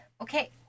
Okay